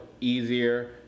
easier